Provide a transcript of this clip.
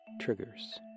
Triggers